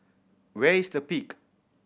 where is The Peak